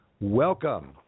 Welcome